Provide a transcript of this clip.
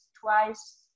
twice